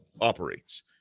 operates